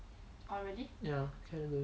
ya categories